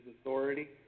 authority